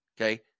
Okay